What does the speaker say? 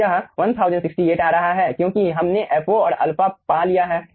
तो यह 1068 आ रहा है क्योंकि हमने fo और α पा लिया है